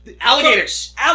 alligators